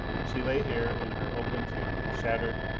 she lay here, in her open tomb, shattered,